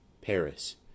PARIS